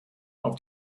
auf